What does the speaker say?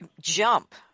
jump